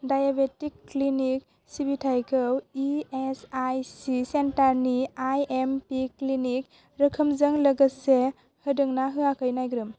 diabetic clinic सिबिथायखौ E S I C सेन्टारनि I M P clinic रोखोमजों लोगोसे होदों ना होआखै नायग्रोम